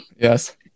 Yes